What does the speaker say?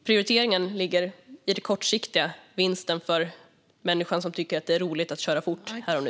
Prioriteringen ligger i det kortsiktiga: vinsten för människan som tycker att det är roligt att köra fort här och nu.